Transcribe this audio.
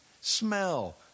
smell